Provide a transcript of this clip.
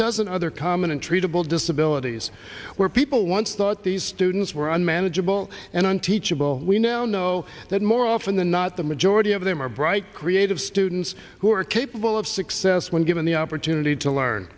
dozen other common untreatable disabilities where people once thought these students were unmanageable and on teachable we now know that more often than not the majority of them are bright creative students who are capable of success when given the opportunity to learn